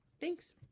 Thanks